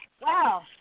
wow